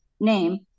name